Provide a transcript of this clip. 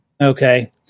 okay